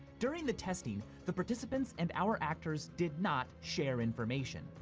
during the testing, the participants and our actors did not share information.